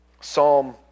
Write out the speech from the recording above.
Psalm